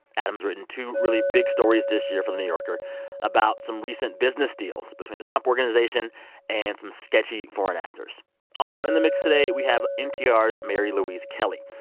adam's written two really big stories this year for the new yorker about some recent business deals between the trump organization and some sketchy foreign actors also in the mix today, we have npr's mary louise kelly.